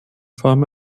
form